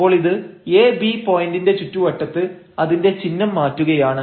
അപ്പോൾ ഇത് ab പോയന്റിന്റെ ചുറ്റുവട്ടത്ത് അതിന്റെ ചിഹ്നം മാറ്റുകയാണ്